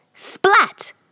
Splat